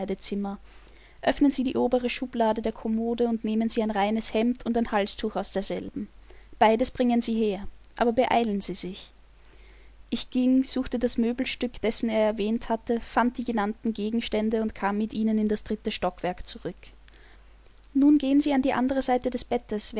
ankleidezimmer öffnen sie die obere schublade der kommode und nehmen sie ein reines hemd und ein halstuch aus derselben beides bringen sie her aber beeilen sie sich ich ging suchte das möbelstück dessen er erwähnt hatte fand die genannten gegenstände und kam mit ihnen in das dritte stockwerk zurück nun gehen sie an die andere seite des bettes